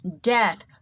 Death